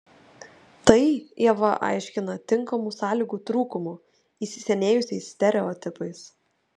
tai ieva aiškina tinkamų sąlygų trūkumu įsisenėjusiais stereotipais